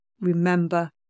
remember